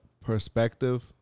perspective